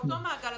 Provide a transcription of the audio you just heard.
באותו מעגל.